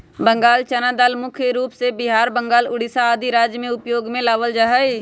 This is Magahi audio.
बंगाल चना दाल मुख्य रूप से बिहार, बंगाल, उड़ीसा आदि राज्य में उपयोग में लावल जा हई